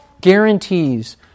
guarantees